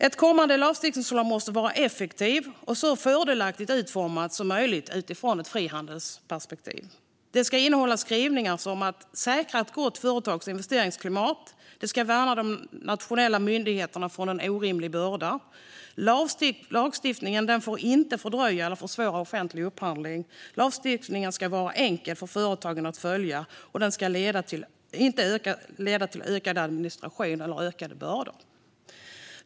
Ett kommande lagstiftningsförslag måste vara effektivt och så fördelaktigt utformat som möjligt utifrån ett frihandelsperspektiv. Det ska innehålla skrivningar om att säkra ett gott företags och investeringsklimat samt skydda de nationella myndigheterna från en orimlig börda. Lagstiftningen får inte fördröja eller försvåra offentlig upphandling. Lagstiftningen ska vara enkel för företagen att följa, och den ska inte leda till ökad administration eller ökade bördor.